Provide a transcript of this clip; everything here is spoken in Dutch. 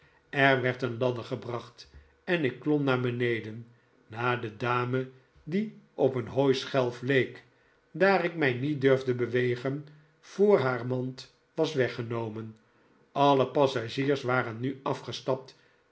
er werd een ladder gebracht en ik klom naar beneden na de dame die op eenjiooischelf leek daar ik mij niet durfde bewegen voor haar mand was weggenomen alle passagiers waren nu afgestapt